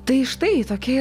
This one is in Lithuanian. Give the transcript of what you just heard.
tai štai tokie